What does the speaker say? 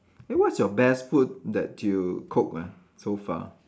eh what's your best food that you cook ah so far